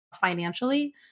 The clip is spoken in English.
financially